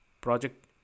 project